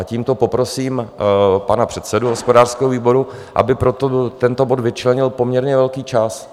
Tímto poprosím pana předsedu hospodářského výboru, aby pro tento bod vyčlenil poměrně velký čas.